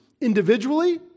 individually